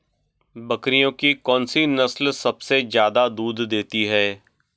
बकरियों की कौन सी नस्ल सबसे ज्यादा दूध देती है?